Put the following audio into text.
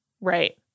Right